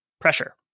pressure